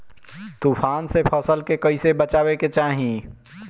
तुफान से फसल के कइसे बचावे के चाहीं?